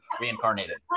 reincarnated